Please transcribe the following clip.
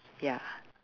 ya